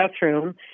bathroom